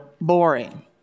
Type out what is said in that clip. boring